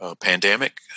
pandemic